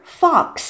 fox